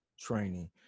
training